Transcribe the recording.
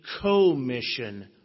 co-mission